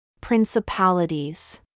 Principalities